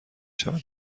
شوند